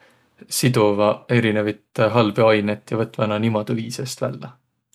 siduvaq erinevit halbu ainit ja võtvaq nuuq niimuudu viist vällä.